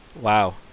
Wow